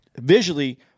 visually